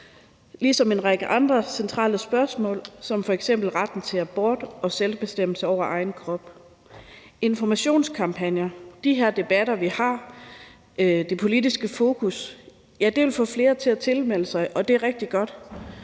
ligesom en række andre centrale spørgsmål som f.eks. retten til abort og bestemmelse over egen krop. Informationskampagner, de her debatter, vi har, og det politiske fokus vil få flere til at tilmelde sig, og det er rigtig godt.